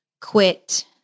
quit